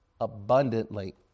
abundantly